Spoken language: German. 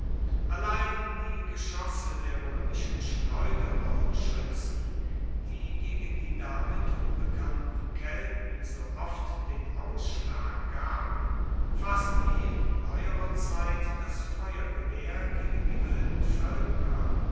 allein die geschosse der roemischen schleuderer und schuetzen die gegen die damit unbekannten kelten so oft den ausschlag gaben fast wie in neuerer zeit das feuergewehr gegen die wilden voelker